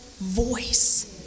voice